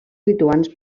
lituans